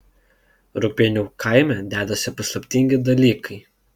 rūgpienių kaime dedasi paslaptingi dalykai